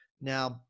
Now